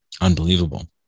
Unbelievable